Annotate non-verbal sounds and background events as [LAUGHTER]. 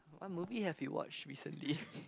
what movie have you watched recently [BREATH]